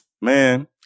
Man